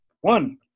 one